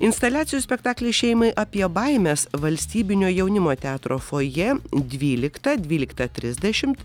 instaliacijų spektaklis šeimai apie baimes valstybinio jaunimo teatro foje dvyliktą dvyliktą trisdešimt